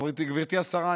גברתי השרה,